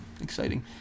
Exciting